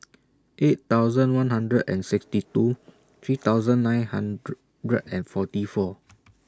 eight thousand one hundred and sixty two three thousand nine hundred and forty four